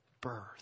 birth